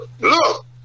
Look